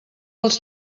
als